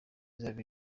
izaba